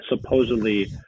supposedly